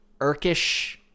irkish